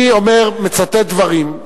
אתה, אני מצטט דברים.